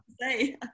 say